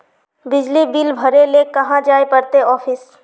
बिजली बिल भरे ले कहाँ जाय पड़ते ऑफिस?